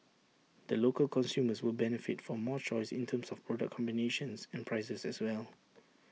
the local consumers will benefit from more choice in terms of product combinations and prices as well